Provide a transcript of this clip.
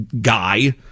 guy